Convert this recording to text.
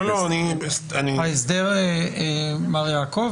מר יעקב,